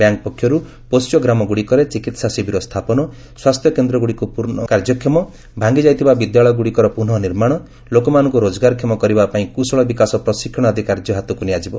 bank ପକ୍ଷର୍ ପୋଷ୍ୟ ଗ୍ରାମ ଗୁଡିକରେ ଚିକିତ୍ସା ଶିବିର ସ୍ଥାପନ ସ୍ୱାସ୍ଥ୍ୟକେନ୍ଦ୍ରଗୁଡିକୁ ପୂର୍ଣ୍ଣ କାର୍ଯ୍ୟକ୍ଷମ ଭାଙ୍ଗିଯାଇଥିବା ବିଦ୍ୟାଳୟଗୁଡ଼ିକର ପୁନଃନିର୍ମାଣ ଲୋକମାନଙ୍କୁ ରୋଜଗାରକ୍ଷମ କରିବା ପାଇଁ କ୍ରଶଳ ବିକାଶ ପ୍ରଶିକ୍ଷଣ ଆଦି କାର୍ଯ୍ୟ ହାତକ୍ ନିଆଯିବ